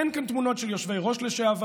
אין כאן תמונות של יושבי-ראש לשעבר,